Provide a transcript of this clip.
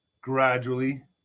gradually